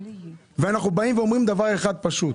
אנחנו באים ואומרים דבר אחד פשוט: